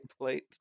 plate